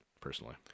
personally